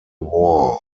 war